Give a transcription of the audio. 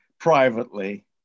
Privately